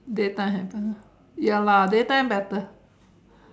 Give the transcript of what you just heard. day time better ya lah day time better